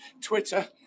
Twitter